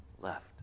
left